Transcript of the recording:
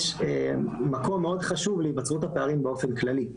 יש מקום מאוד חשוב להיווצרות הפערים באופן כללי.